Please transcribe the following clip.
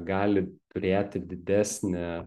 gali turėti didesnę